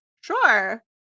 Sure